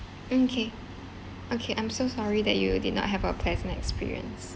mm K okay I'm so sorry that you did not have a pleasant experience